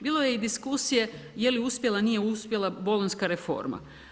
Bilo je i diskusije je li uspjela nije uspjela bolonjski reforma.